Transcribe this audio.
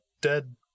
dead